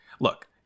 look